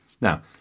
Now